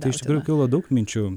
tai iš tikrųjų kyla daug minčių